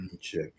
check